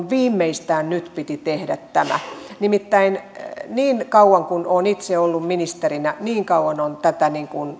viimeistään nyt piti tehdä tämä nimittäin niin kauan kuin olen itse ollut ministerinä niin kauan on tätä